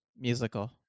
Musical